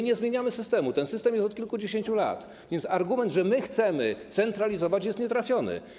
Nie zmieniamy systemu, ten system jest od kilkudziesięciu lat, więc argument, że chcemy centralizować, jest nietrafiony.